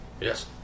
Yes